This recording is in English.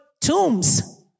tombs